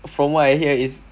from what I hear is